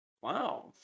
Wow